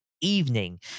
evening